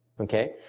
Okay